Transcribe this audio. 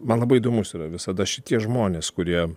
man labai įdomus yra visada šitie žmonės kurie